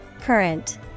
Current